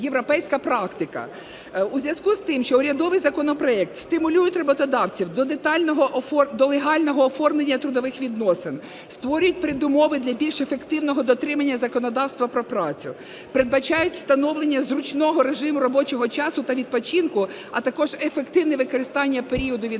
європейська практика. У зв'язку з тим, що урядовий законопроект стимулює роботодавців до легального оформлення трудових відносин, створює передумови для більш ефективного дотримання законодавства про працю, передбачає встановлення зручного режиму робочого часу та відпочинку, а також ефективне використання періоду відпустки,